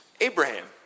Abraham